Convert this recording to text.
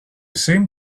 seemed